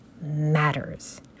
matters